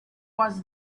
was